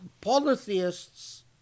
polytheists